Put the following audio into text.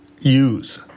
use